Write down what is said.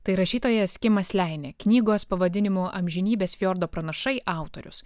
tai rašytojas kimas leinė knygos pavadinimu amžinybės fjordo pranašai autorius